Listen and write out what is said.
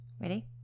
Ready